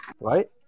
right